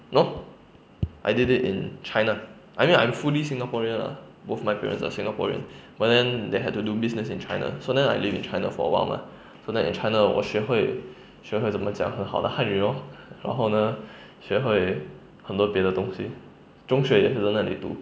no I did it in china I mean I'm fully singaporean ah both my parents are singaporean but then they had to do business in china so then I lived in china for awhile mah so then in china 我学会学会这么讲很好的汉语 lor 然后呢学会很多别的东西中学也是在那里读